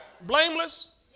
blameless